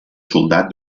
soldat